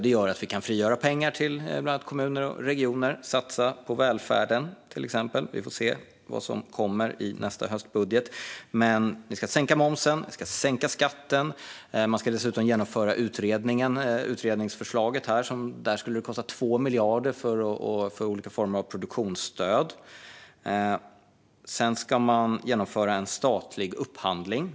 Det gör att vi kan frigöra pengar till bland annat kommuner och regioner och satsa på välfärden, till exempel. Vi får se vad som kommer i nästa höstbudget. Men ni ska sänka momsen. Ni ska sänka skatten. Ni ska dessutom genomföra utredningsförslaget om olika former av produktionsstöd, som skulle kosta 2 miljarder. Sedan ska man genomföra en statlig upphandling.